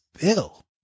bill